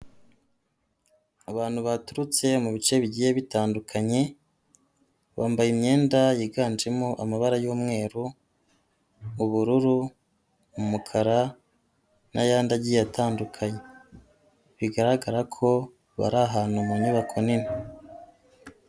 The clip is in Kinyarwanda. Abantu baturutse mu bice bigiye bitandukanye, bambaye imyenda yiganjemo amabara y'umweru, ubururu, umukara n'ayandi agiye atandukanye. Bigaragara ko bari ahantu mu nyubako nini.